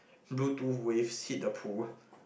bluetooth wave hits the pool